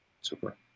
Super